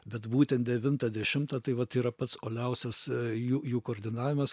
bet būtent devintą dešimtą tai vat yra pats uoliausias jų jų koordinavimas